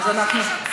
אדוני היושב-ראש,